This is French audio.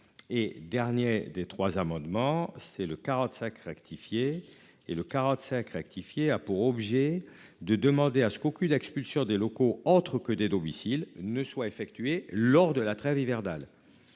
Et, dernier des 3 amendements. C'est le 45 rectifié et le 45 rectifié a pour objet de demander à ce qu'aucune expulsion des locaux entre que des domiciles ne soient effectué lors de la trêve hivernale.